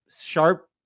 sharp